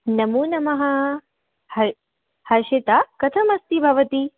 नमो नमः हर् हर्षिता कथमस्ति भवति